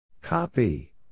Copy